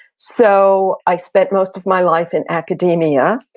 so, i spent most of my life in academia,